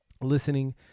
listening